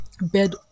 bed